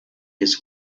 his